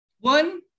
One